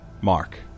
Mark